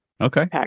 okay